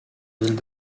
villes